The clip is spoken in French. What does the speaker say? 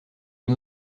une